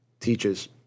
teaches